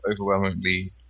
overwhelmingly